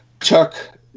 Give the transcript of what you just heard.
Chuck